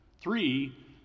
three